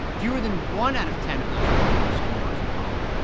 fewer than one out of ten of those workers can work from home,